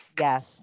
yes